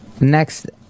Next